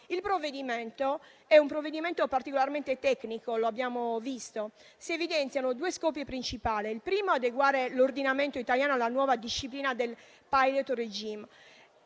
Il provvedimento è particolarmente tecnico, come abbiamo visto. Si evidenziano due scopi principali: il primo è quello di adeguare l'ordinamento italiano alla nuova disciplina del *pilot regime*,